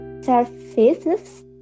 services